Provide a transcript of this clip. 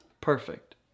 perfect